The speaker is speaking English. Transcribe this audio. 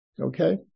Okay